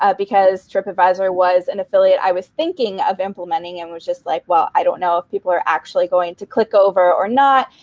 ah because tripadvisor was an affiliate i was thinking of implementing and was just like, well, i don't know if people are actually going to click over or not.